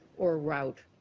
or route.